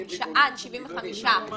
עד 75%,